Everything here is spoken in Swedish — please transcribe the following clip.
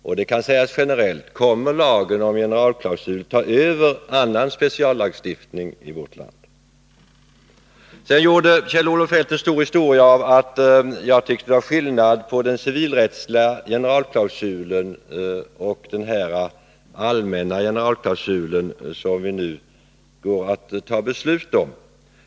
Kommer lagen om generalklausul generellt att ta över annan speciallagstiftning i vårt land? Sedan gjorde Kjell-Olof Feldt stort väsen av att jag tyckte det var skillnad mellan den civilrättsliga generalklausulen och den allmänna generalklausul som vi nu skall fatta beslut om.